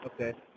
Okay